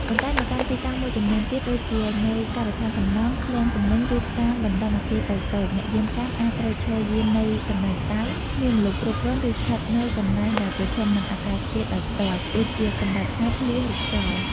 ប៉ុន្តែនៅតាមទីតាំងមួយចំនួនទៀត ដូចជានៅការដ្ឋានសំណង់ ឃ្លាំងទំនិញ ឬតាមបណ្ដុំអគារតូចៗ អ្នកយាមកាមអាចត្រូវឈរយាមនៅកន្លែងក្តៅ គ្មានម្លប់គ្រប់គ្រាន់ ឬស្ថិតនៅកន្លែងដែលប្រឈមនឹងអាកាសធាតុដោយផ្ទាល់ ដូចជាកម្ដៅថ្ងៃ ភ្លៀង ឬខ្យល់។